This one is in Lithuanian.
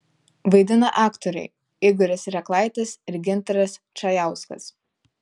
vaidina aktoriai igoris reklaitis ir gintaras čajauskas